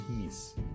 peace